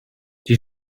die